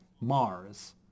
Mars